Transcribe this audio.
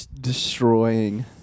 destroying